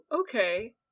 okay